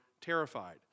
terrified